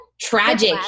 tragic